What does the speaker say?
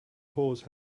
horse